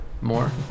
more